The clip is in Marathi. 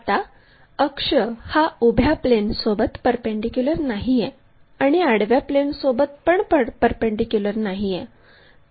आता अक्ष हा उभ्या प्लेनसोबत परपेंडीक्युलर नाहीये आणि आडव्या प्लेनसोबत पण परपेंडीक्युलर नाहीये